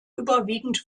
überwiegend